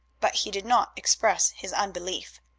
but he did not express his unbelief.